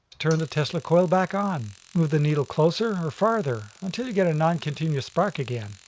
turn the tesla coil back on. move the needle closer or farther until you get a non-continuous spark again,